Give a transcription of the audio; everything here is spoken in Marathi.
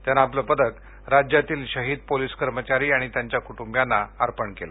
त्यानं आपलं पदक राज्यातील शहीद पोलिस कर्मचारी आणि त्यांच्या कुटुंबियांना अर्पण केलं